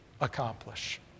accomplish